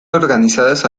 organizadas